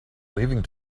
leaving